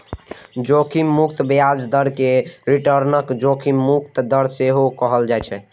जोखिम मुक्त ब्याज दर कें रिटर्नक जोखिम मुक्त दर सेहो कहल जाइ छै